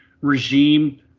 regime